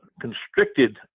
constricted